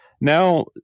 now